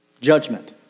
judgment